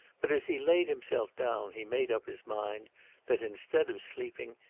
but as he laid himself down he made up his mind that, instead of sleeping,